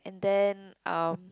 and then um